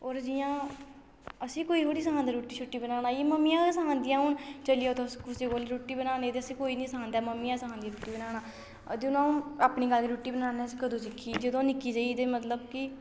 होर जियां असीं कोई थोह्ड़े सखांदा रुट्टी शुट्टी बनाना इ'यै मम्मियां गै सखांदियां हून चली जाओ तुस कुसै कोल रुट्टी बनाने गी ते असीं कोई नेईं सखांदा मम्मियां गै सखांदियां रुट्टी बनाना ते आ'ऊं आ'ऊं अपनी गल्ल रुट्टी बनाना असें कदूं सिक्खी जदूं आ'ऊं निक्की जेही मतलब कि